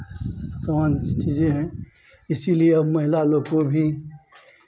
समान चीज़ें हैं इसीलिए अब महिला लोग को भी